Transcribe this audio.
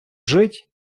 жить